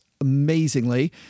amazingly